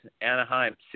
Anaheim